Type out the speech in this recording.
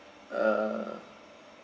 uh